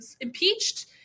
impeached